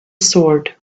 sword